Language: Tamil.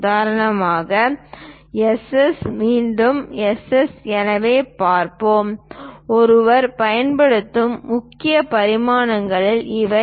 உதாரணமாக எஸ் எஸ் மீண்டும் எஸ் எஸ் எனவே பார்ப்போம் ஒருவர் பயன்படுத்தும் முக்கிய பரிமாணங்கள் இவை